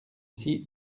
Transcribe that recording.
ici